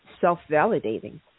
self-validating